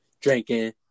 drinking